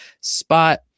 spot